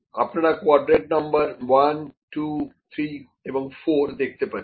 আপনারা quadrant number 1 2 3 এবং 4 দেখতে পাচ্ছেন